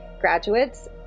graduates